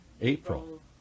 April